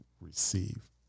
receive